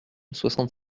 soixante